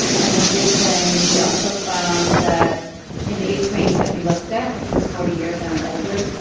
in addition, we also found that in the age range that we looked at, which was forty years and older,